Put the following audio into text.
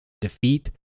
defeat